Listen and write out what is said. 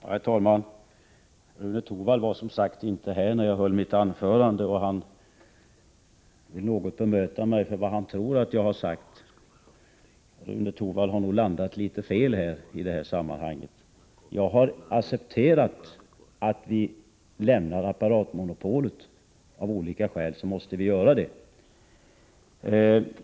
Herr talman! Rune Torwald var som sagt inte här när jag höll mitt huvudanförande. Han vill nu bemöta mig beträffande vad han tror att jag har sagt. Men Rune Torwald har nog landat litet fel i det sammanhanget. Jag har accepterat att vi lämnar apparatmonopolet — av olika skäl måste vi göra det.